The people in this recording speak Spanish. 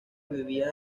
vivía